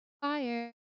fire